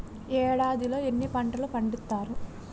ఏడాదిలో ఎన్ని పంటలు పండిత్తరు?